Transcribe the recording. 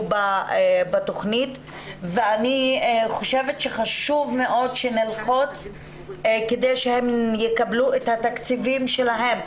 בתכנית ואני חושבת שחשוב מאוד שנלחץ כדי שהם יקבלו את התקציבים שלהם.